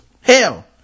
hell